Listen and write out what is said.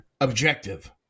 Objective